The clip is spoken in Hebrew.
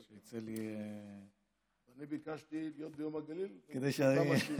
אני ביקשתי להיות ביום הגליל, כדי שאני,